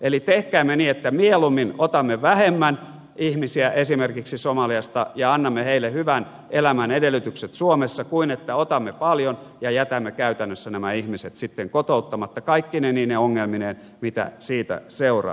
eli tehkäämme niin että mieluummin otamme vähemmän ihmisiä esimerkiksi somaliasta ja annamme heille hyvän elämän edellytykset suomessa kuin että otamme paljon ja jätämme käytännössä nämä ihmiset sitten kotouttamatta kaikkine niine ongelmineen mitä siitä seuraa